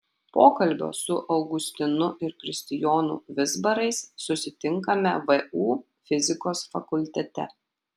pokalbio su augustinu ir kristijonu vizbarais susitinkame vu fizikos fakultete